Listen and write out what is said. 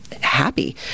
happy